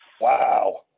Wow